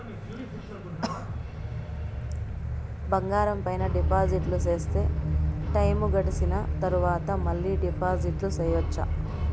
బంగారం పైన డిపాజిట్లు సేస్తే, టైము గడిసిన తరవాత, మళ్ళీ డిపాజిట్లు సెయొచ్చా?